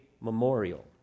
memorial